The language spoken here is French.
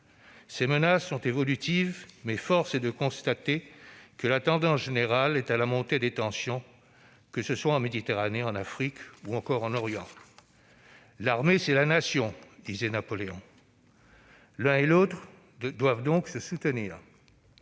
Ces menaces sont évolutives, mais force est de constater que la tendance générale est à la montée des tensions, que ce soit en Méditerranée, en Afrique ou encore en Orient. « L'armée, c'est la nation », disait Napoléon. L'une et l'autre doivent donc se soutenir.